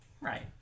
Right